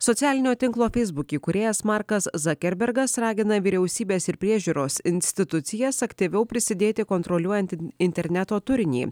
socialinio tinklo facebook įkūrėjas markas zakerbergas ragina vyriausybės ir priežiūros institucijas aktyviau prisidėti kontroliuojant interneto turinį